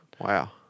Wow